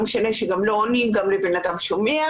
משנה שגם לא עונים גם לא לבן אדם שומע,